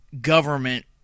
government